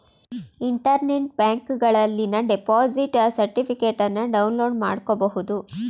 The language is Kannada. ಇಂಟರ್ನೆಟ್ ಬ್ಯಾಂಕಿಂಗನಲ್ಲಿ ಡೆಪೋಸಿಟ್ ಸರ್ಟಿಫಿಕೇಟನ್ನು ಡೌನ್ಲೋಡ್ ಮಾಡ್ಕೋಬಹುದು